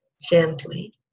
gently